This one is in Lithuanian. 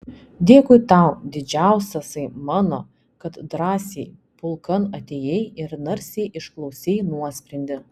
dėkui tau didžiausiasai mano kad drąsiai pulkan atėjai ir narsiai išklausei nuosprendį